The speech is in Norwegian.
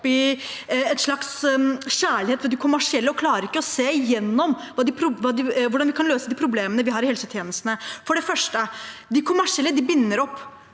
i en slags kjærlighet til de kommersielle og ikke klarer å se igjennom det og på hvordan vi kan løse de problemene vi har i helsetjenestene. For det første: De kommersielle binder opp